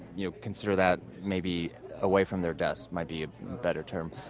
you know consider that, maybe away from their desk might be a better term.